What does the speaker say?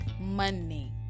money